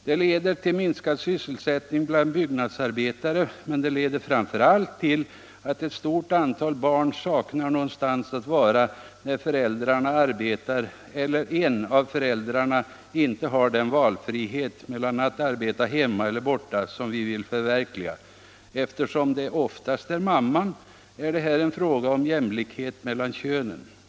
Det leder till minskad sysselsättning bland byggnadsarbetare, men det leder framför allt till att ett stort antal barn saknar någonstans att vara när föräldrarna arbetar eller att en av föräldrarna inte har den valfrihet mellan att arbeta hemma eller borta som vi vill förverkliga. Eftersom det oftast blir mamman, är det här en fråga om jämlikhet mellan könen.